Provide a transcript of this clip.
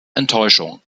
enttäuschung